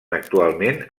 actualment